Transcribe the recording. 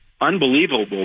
unbelievable